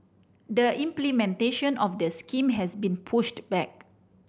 the implementation of the scheme has been pushed back